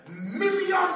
million